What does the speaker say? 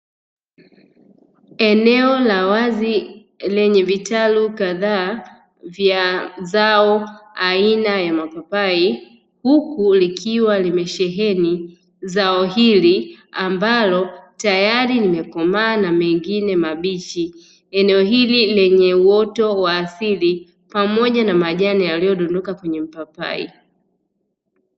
Eneo la wazi lenye vitalu kadhaa vya zao aina ya mapapai, huku likiwa limesheheni zao hili ambalo tayari limekomaa na mengine mabichi. Eneo hili lenye uoto wa asili pamoja na majani yaliyodondoka kwenye mapapai.